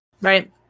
right